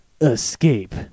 escape